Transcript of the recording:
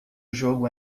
jogo